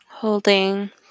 Holding